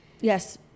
Yes